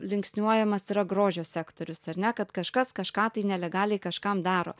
linksniuojamas yra grožio sektorius ar ne kad kažkas kažką tai nelegaliai kažkam daro